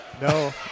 no